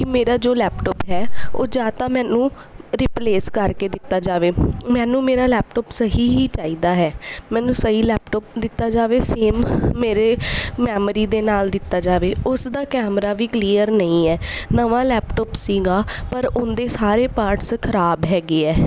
ਕੀ ਮੇਰਾ ਜੋ ਲੈਪਟੋਪ ਹੈ ਉਹ ਜਾ ਤਾਂ ਮੈਨੂੰ ਰਿਪਲੇਸ ਕਰਕੇ ਦਿੱਤਾ ਜਾਵੇ ਮੈਨੂੰ ਮੇਰਾ ਲੈਪਟੋਪ ਸਹੀ ਹੀ ਚਾਹੀਦਾ ਹੈ ਮੈਨੂੰ ਸਹੀ ਲੈਪਟੋਪ ਦਿੱਤਾ ਜਾਵੇ ਸੇਮ ਮੇਰੇ ਮੈਮਰੀ ਦੇ ਨਾਲ ਦਿੱਤਾ ਜਾਵੇ ਉਸ ਦਾ ਕੈਮਰਾ ਵੀ ਕਲੀਅਰ ਨਹੀਂ ਹੈ ਨਵਾਂ ਲੈਪਟੋਪ ਸੀਗਾ ਪਰ ਉਹਦੇ ਸਾਰੇ ਪਾਰਟਸ ਖਰਾਬ ਹੈਗੇ ਹੈ